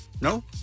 No